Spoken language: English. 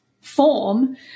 form